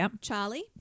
Charlie